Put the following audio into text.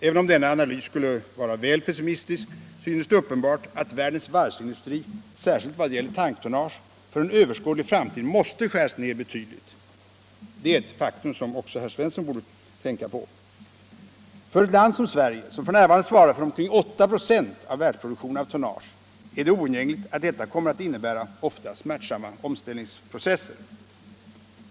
Även om denna analys skulle vara väl pessimistisk synes det uppenbart att världens varvsindustri, särskilt i vad gäller tanktonnage, för en överskådlig framtid måste skäras ned betydligt. Det är ett faktum som också herr Svensson i Malmö borde tänka på. För ett land som Sverige, som f.n. svarar för omkring 8 96 av världsproduktionen av tonnage, är det oundgängligt att detta kommer att innebära ofta smärtsamma omställningsprocesser.